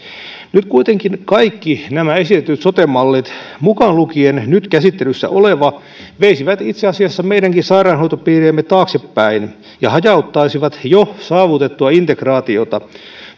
nyt kuitenkin kaikki nämä esitetyt sote mallit mukaan lukien nyt käsittelyssä oleva veisivät itse asiassa meidänkin sairaanhoitopiirejämme taaksepäin ja hajauttaisivat jo saavutettua integraatiota